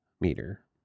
meter